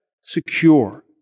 secure